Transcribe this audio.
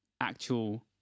actual